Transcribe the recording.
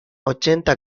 ochenta